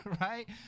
right